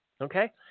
okay